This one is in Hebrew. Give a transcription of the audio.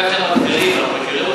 ככה הם מגדירים, אנחנו מכירים אותם.